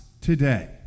today